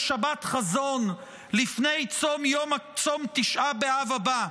בשבת חזון לפני צום תשעה באב הבא,